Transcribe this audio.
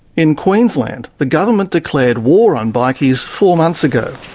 in queensland, the government declared war on bikies four months ago,